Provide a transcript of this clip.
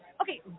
Okay